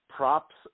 Props